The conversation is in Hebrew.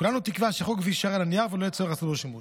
כולנו תקווה שחוק זה יישאר על הנייר ולא יצטרכו לעשות בו שימוש.